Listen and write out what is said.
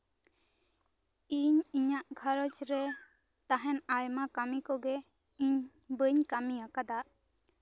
ᱤᱧ ᱤᱧᱟᱹᱜ ᱜᱷᱟᱨᱚᱸᱡᱽ ᱨᱮ ᱛᱟᱦᱮᱱ ᱟᱭᱢᱟ ᱠᱟᱹᱢᱤ ᱠᱚᱜᱮ ᱤᱧ ᱵᱟᱹᱧ ᱠᱟᱹᱢᱤ ᱟᱠᱟᱫᱟ